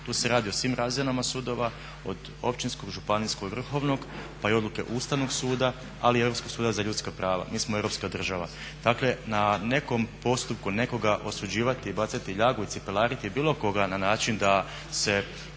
Tu se radi o svim razinama sudova od Općinskog, Županijskog, Vrhovnog pa i odluke Ustavnog suda ali i Europskog suda za ljudska prava, mi smo europska država. Dakle, na nekom postupku nekoga osuđivati i bacati ljagu i cipelariti bilo koga na način da se